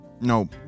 No